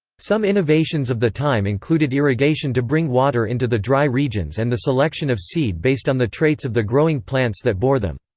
some innovations of the time included irrigation to bring water into the dry regions and the selection of seed based on the traits of the growing plants that bore them.